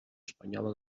espanyola